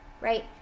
right